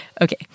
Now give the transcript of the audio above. Okay